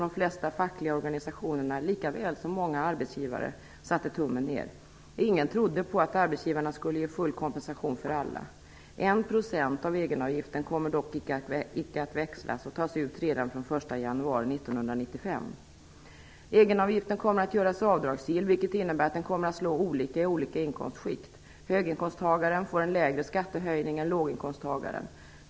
De flesta fackliga organisationer, lika väl som många arbetsgivare, satte tummen ner. Ingen trodde på att arbetsgivarna skulle ge full kompensation för alla. 1 procent av egenavgiften kommer dock icke att växlas. Den tas ut redan från den 1 januari 1995. Egenavgiften kommer att göras avdragsgill, vilket innebär att den kommer att slå olika för olika inkomstskikt. Höginkomsttagaren får en lägre skattehöjning än låginkomsttagaren.